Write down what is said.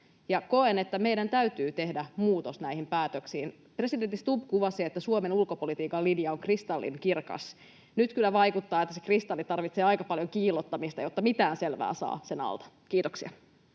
Koen, että meidän täytyy tehdä muutos näihin päätöksiin. Presidentti Stubb kuvasi, että Suomen ulkopolitiikan linja on kristallinkirkas. Nyt kyllä vaikuttaa, että se kristalli tarvitsee aika paljon kiillottamista, jotta mitään selvää saa sen alta. — Kiitoksia.